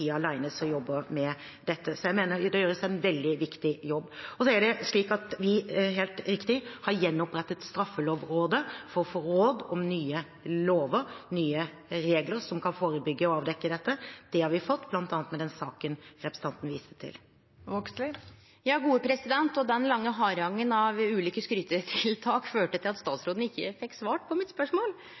som jobber med dette. Så jeg mener det gjøres en veldig viktig jobb. Så er det slik at vi, helt riktig, har gjenopprettet Straffelovrådet for å få råd om nye lover, nye regler, som kan forebygge og avdekke dette. Det har vi fått, bl.a. med den saken representanten viste til. Den lange harangen av ulike skrytetiltak førte til at statsråden ikkje fekk svart på spørsmålet mitt,